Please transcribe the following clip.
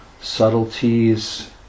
subtleties